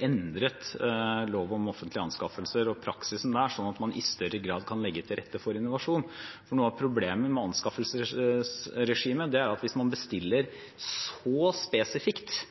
endret – lov om offentlige anskaffelser og praksisen der, slik at man i større grad kan legge til rette for innovasjon. For noe av problemet med anskaffelsesregimet er at hvis man bestiller så spesifikt